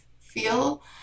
feel